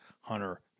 hunter